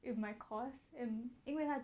in my course and 因为他